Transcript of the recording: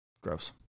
Gross